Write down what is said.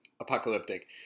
apocalyptic